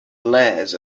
layers